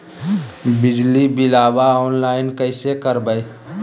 बिजली बिलाबा ऑनलाइन कैसे करबै?